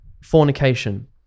fornication